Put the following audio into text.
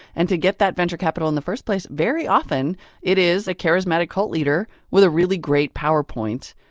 and to get that venture capital in the first place, very often it is a charismatic cult leader with a really great powerpoint.